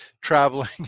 traveling